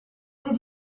did